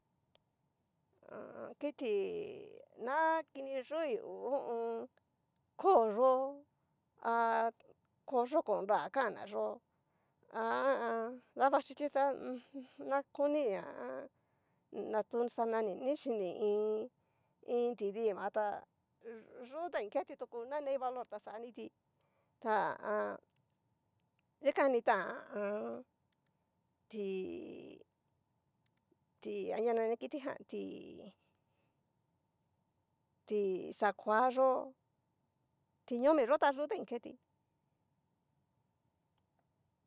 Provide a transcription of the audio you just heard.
Ha a an. kiti na kini yu'i hu ho o on. koo yo'o ha koyokonra kan'na yó ha a an. davaxhichita na koni ha a an. datuxanani ni xhini iin iin tidima tá yutain keti tu nanei valor tá xaniti ta ha a an dikani tán ha a an. ti. ti. anria nani kiti jan ti. ti. xakoaxó tiñomi yo'o ta kutain ketí.